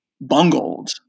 bungled